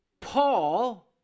Paul